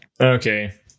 Okay